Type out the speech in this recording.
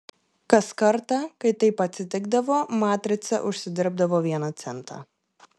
kas kartą kai taip atsitikdavo matrica užsidirbdavo vieną centą